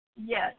Yes